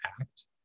act